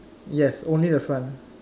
yes only the front